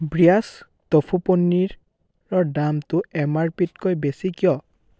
ব্ৰিয়াছ tofu পনীৰৰ দামটো M R পিতকৈ বেছি কিয়